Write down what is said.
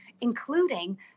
including